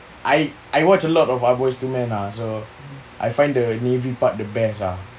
I I watch a lot of ah boys to men ah so I find the navy part the best ah